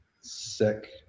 sick